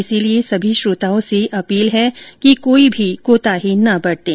इसलिए सभी श्रोताओं से अपील है कि कोई भी कोताही न बरतें